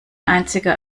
einziger